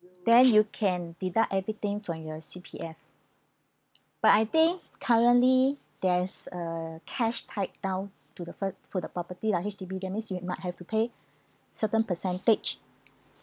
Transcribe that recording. then you can deduct everything from your C_P_F but I think currently there is uh cash tied down to the first to the property lah H_D_B that means you might have to pay certain percentage